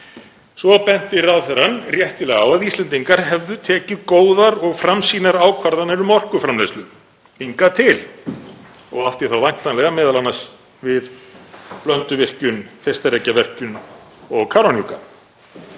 Svo benti ráðherrann réttilega á að Íslendingar hefðu tekið góðar og framsýnar ákvarðanir um orkuframleiðslu hingað til og átti þá væntanlega m.a. við Blönduvirkjun, Þeistareykjavirkjun og Kárahnjúka.